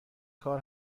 کار